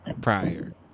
prior